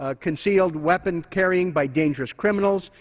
ah concealed weapon carrying by dangerous criminals,